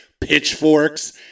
pitchforks